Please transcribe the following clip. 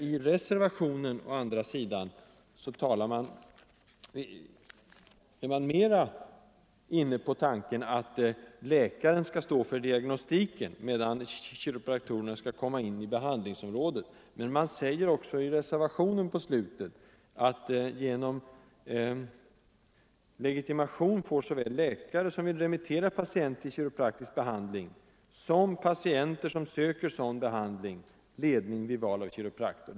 I reservationen å andra sidan är man inne på tanken att läkaren skall stå för diagnostiken medan kiropraktorerna skall komma in på behandlingssidan. Men man säger också i slutet av reservationen, att genom legitimation får såväl läkare, som vill remittera en patient till kiropraktisk behandling, som patienter som söker sådan behandling ledning vid val av kiropraktiker.